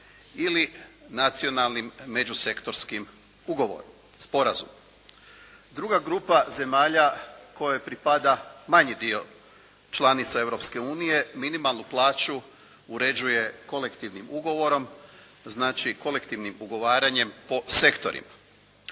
ili nacionalnim međusektorskim ugovorom, sporazumom. Druga grupa zemalja kojoj pripada manji dio članica Europske unije minimalnu plaću uređuje kolektivnim ugovorom, znači kolektivnim ugovaranjem po sektorima.